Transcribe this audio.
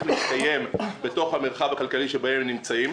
להתקיים בתוך המרחב הכלכלי שבו הם נמצאים,